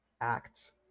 acts